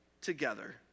together